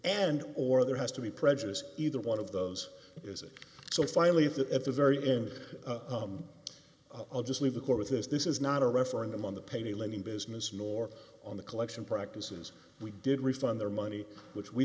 and or there has to be prejudice either one of those is it so finally if that at the very end i'll just leave the court with this this is not a referendum on the payday lending business more on the collection practices we did refund their money which we